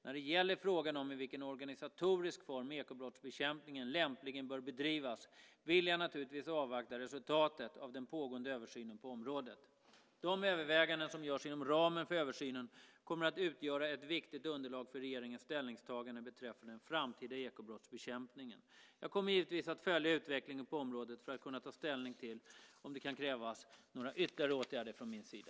När det gäller frågan i vilken organisatorisk form ekobrottsbekämpningen lämpligen bör bedrivas vill jag naturligtvis avvakta resultatet av den pågående översynen på området. De överväganden som görs inom ramen för översynen kommer att utgöra ett viktigt underlag för regeringens ställningstaganden beträffande den framtida ekobrottsbekämpningen. Jag kommer givetvis att följa utvecklingen på området för att kunna ta ställning till om det kan krävas några ytterligare åtgärder från min sida.